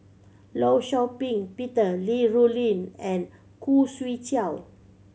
Law Shau Ping Peter Li Rulin and Khoo Swee Chiow